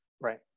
Right